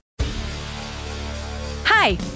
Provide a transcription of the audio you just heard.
Hi